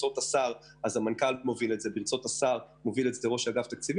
וברצות השר המנכ"ל מוביל וברצותו ראש אג"ת מוביל.